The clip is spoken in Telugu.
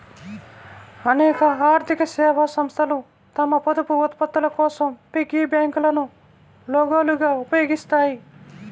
అనేక ఆర్థిక సేవా సంస్థలు తమ పొదుపు ఉత్పత్తుల కోసం పిగ్గీ బ్యాంకులను లోగోలుగా ఉపయోగిస్తాయి